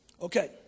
okay